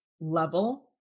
level